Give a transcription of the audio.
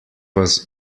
was